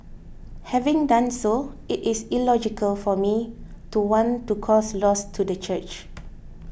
having done so it is illogical for me to want to cause loss to the church